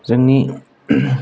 जोंनि